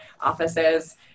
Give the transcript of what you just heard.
offices